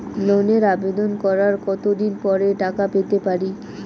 লোনের আবেদন করার কত দিন পরে টাকা পেতে পারি?